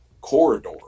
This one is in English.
corridor